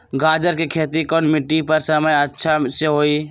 गाजर के खेती कौन मिट्टी पर समय अच्छा से होई?